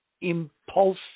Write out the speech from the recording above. impulse